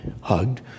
hugged